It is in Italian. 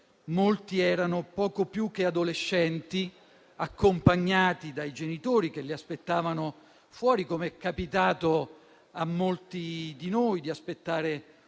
Molti erano poco più che adolescenti, accompagnati dai genitori, che li aspettavano fuori, come è capitato a molti di noi di aspettare un figlio